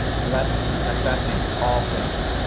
so that's that's fascinating, all things,